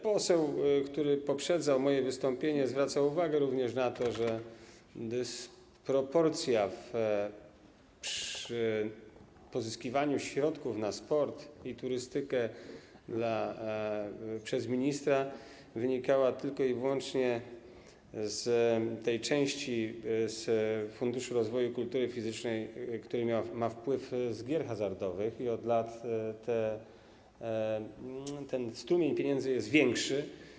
Poseł, który poprzedzał moje wystąpienie, zwracał uwagę również na to, że dysproporcja przy pozyskiwaniu środków na sport i turystykę przez ministra wynikała tylko i wyłącznie z tej części Funduszu Rozwoju Kultury Fizycznej, która ma wpływy z gier hazardowych, i od lat ten strumień pieniędzy jest większy.